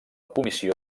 comissió